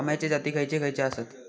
अम्याचे जाती खयचे खयचे आसत?